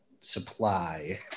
supply